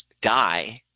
die